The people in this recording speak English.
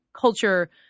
culture